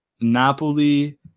Napoli